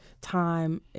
time